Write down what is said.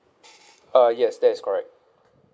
uh yes that is correct